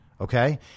Okay